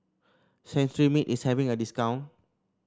Cetrimide is having a discount